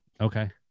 Okay